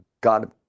God